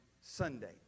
Sunday